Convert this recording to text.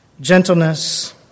Gentleness